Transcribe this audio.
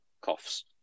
coughs